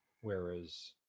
Whereas